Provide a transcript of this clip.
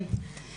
כן.